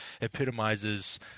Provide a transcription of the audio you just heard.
epitomizes